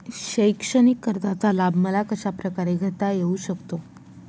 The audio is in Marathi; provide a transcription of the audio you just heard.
शैक्षणिक कर्जाचा लाभ मला कशाप्रकारे घेता येऊ शकतो?